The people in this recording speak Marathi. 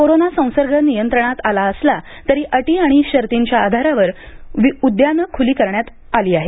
कोरोना संसर्ग नियंत्रणात असला तरी अटी आणि शर्तींच्या आधारावर उद्याने खुली करण्यात आली आहेत